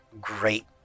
great